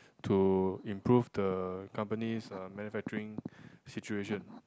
to improve the company's uh manufacturing situation